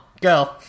go